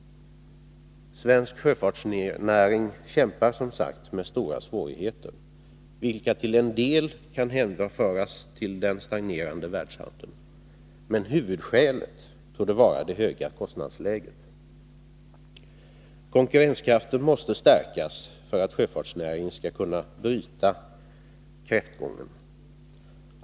Svensk sjöfartsnäring kämpar som sagt med stora svårigheter, vilka till en del kan hänföras till den stagnerande världshandeln. Men huvudskälet torde vara det höga kostnadsläget. Konkurrenskraften måste stärkas för att sjöfartsnäringen skall kunna bryta kräftgången.